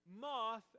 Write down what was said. moth